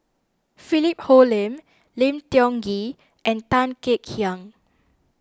Philip Hoalim Lim Tiong Ghee and Tan Kek Hiang